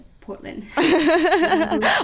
Portland